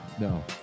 No